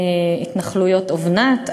ההתנחלויות אבנת,